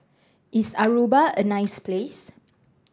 is Aruba a nice place